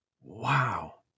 Wow